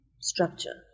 structure